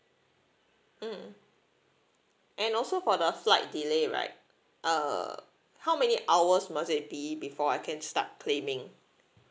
mm and also for the flight delay right err how many hours must it be before I can start claiming